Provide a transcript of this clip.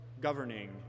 governing